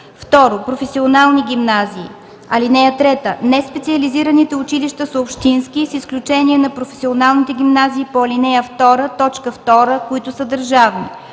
2. професионални гимназии. (3) Неспециализираните училища са общински, с изключение на професионалните гимназии по ал. 2, т. 2, които са държавни.